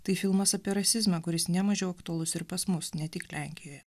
tai filmas apie rasizmą kuris nemažiau aktualus ir pas mus ne tik lenkijoje